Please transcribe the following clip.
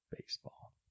Baseball